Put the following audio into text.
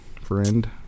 friend